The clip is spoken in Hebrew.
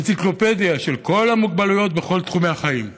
האנציקלופדיה של כל המוגבלויות בכל תחומי החיים,